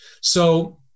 So-